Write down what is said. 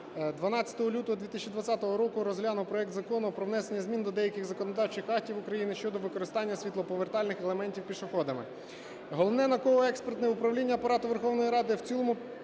12 лютого 2020 року розглянув проект Закону про внесення змін до деяких законодавчих актів України щодо використання світлоповертальних елементів пішоходами. Головне науково-експертне управління Апарату Верховної Ради в цілому